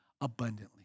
abundantly